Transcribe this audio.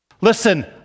Listen